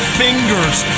fingers